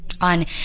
on